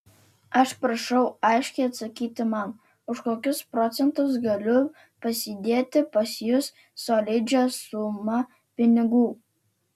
aš prašau aiškiai atsakyti man už kokius procentus galiu pasidėti pas jus solidžią sumą pinigų